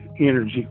energy